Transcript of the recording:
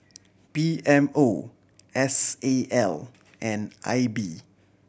P M O S A L and I B